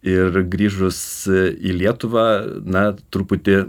ir grįžus į lietuvą na truputį